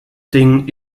ding